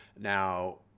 Now